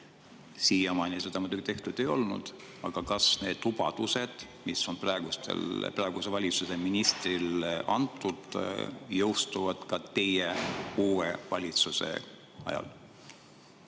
Siiamaani seda muidugi tehtud ei ole. Aga kas need lubadused, mis on praeguse valitsuse ministrid andnud, jõustuvad ka teie, uue valitsuse ajal?